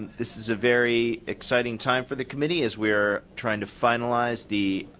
this is a very exciting time for the committee as we are trying to finalize the